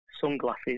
sunglasses